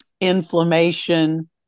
inflammation